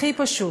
הכי פשוט,